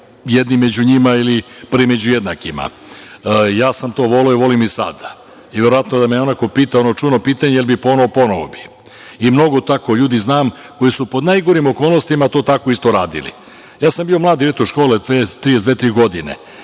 jednim među njima ili prvim među jednakima. Ja sam to voleo i volim i sada i da me onako pitate ono čuveno pitanje – jel bi ponovo, ponovo bih. I mnogo takvih ljudi znam koji su pod najgorim okolnostima to tako isto radili. Ja sam bio mlad direktor škole, 32, 33 godine